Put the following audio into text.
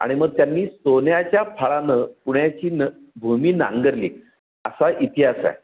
आणि मग त्यांनी सोन्याच्या फाळानं पुण्याची न भूमी नांगरली असा इतिहास आहे